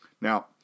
Now